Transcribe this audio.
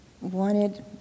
wanted